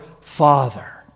father